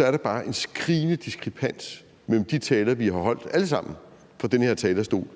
er der bare en skrigende diskrepans mellem de taler, vi alle sammen har holdt fra den her talerstol